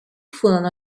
furono